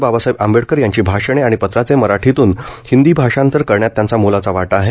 बाबासाहेब आंबेडकर यांची भाषणे आणि पत्रांचे मराठीतून हिंदी भाषांतर करण्यात त्यांचा मोलाचा वाटा आहे